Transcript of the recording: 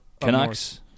Canucks